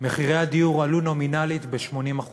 מחירי הדיור עלו נומינלית ב-80%,